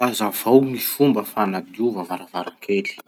Hazavao ny fomba fanadiova varavarakely.